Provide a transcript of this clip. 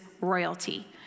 royalty